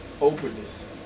Openness